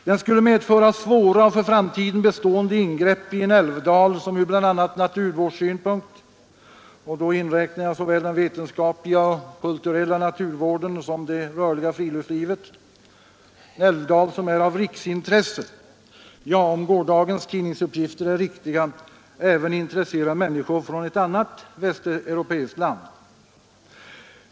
Den skulle medföra svåra och för framtiden bestående ingrepp i en älvdal, som bl.a. från naturvårdssynpunkt — och då inräknar jag såväl den vetenskapliga och kulturella naturvården som det rörliga friluftslivet — är av riksintresse. Ja, om gårdagens tidningsuppgifter är riktiga intresserar den även människor från ett annat västeuropeiskt land.